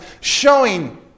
showing